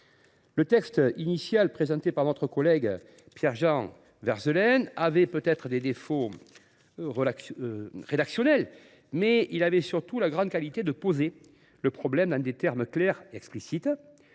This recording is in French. Le texte initial présenté par notre collègue Pierre Jean Verzelen avait peut être des défauts rédactionnels, mais il présentait la grande qualité de poser le problème dans des termes clairs et explicites.